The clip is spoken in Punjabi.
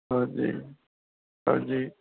ਹਾਂਜੀ ਹਾਂਜੀ